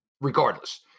Regardless